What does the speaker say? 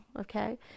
okay